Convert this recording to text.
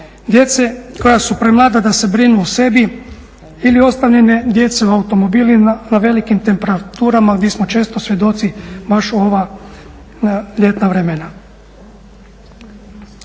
djece koja su premlada da se brinu o sebi ili ostavljene djece u automobilima na velikim temperaturama gdje smo često svjedoci baš u ova ljetna vremena.